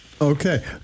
Okay